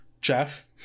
jeff